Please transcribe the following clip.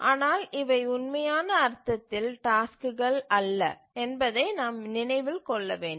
ஆனால் இவை உண்மையான அர்த்தத்தில் டாஸ்க்குகள் அல்ல என்பதை நாம் நினைவில் கொள்ள வேண்டும்